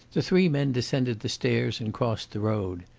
the three men descended the stairs and crossed the road.